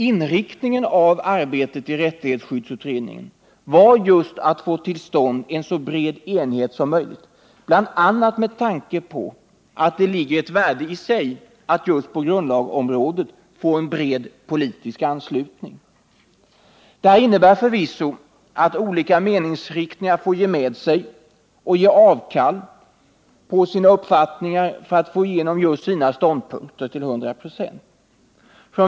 Inriktningen av arbetet i rättighetsskyddsutredningen var just att få till stånd en så bred enighet som möjligt, bl.a. med tanke på att det är ett värde i sig att just i grundlagsfrågor uppnå en bred politisk anslutning. Detta innebär förvisso att olika meningsriktningar får ge med sig och göra avkall på att få igenom just sina ståndpunkter till hundra procent.